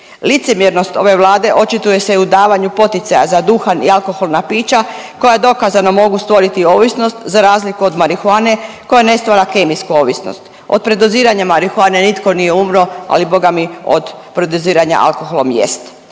Licemjernost ove Vlade očituje se i u davanju poticaja za duhan i alkoholna pića, koja dokazano mogu stvoriti ovisnost za razliku od marihuane koja ne stvara kemijsku ovisnost. Od predoziranja marihuane nitko nije umro, ali Boga mi, od predoziranja alkoholom jest.